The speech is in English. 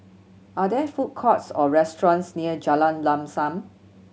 are there food courts or restaurants near Jalan Lam Sam